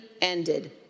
ended